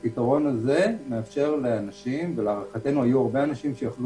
הפתרון הזה מאפשר לאנשים ולהערכתנו היו הרבה אנשים שיכלו